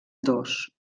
dos